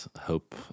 hope